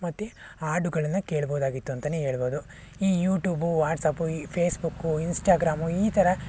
ಮತ್ತೆ ಹಾಡುಗಳನ್ನು ಕೇಳ್ಬೋದಾಗಿತ್ತು ಅಂತಾನೆ ಹೇಳ್ಬೋದು ಈ ಯೂಟ್ಯೂಬು ವಾಟ್ಸಾಪ್ಪು ಫೇಸ್ಬುಕ್ಕು ಇನ್ಸ್ಟಾಗ್ರಾಮು ಈ ಥರ